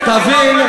איפה המיליארדים?